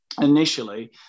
initially